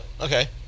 okay